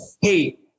hey